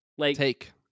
Take